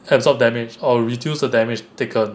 absorb damage or reduce the damage taken